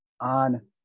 on